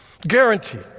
Guaranteed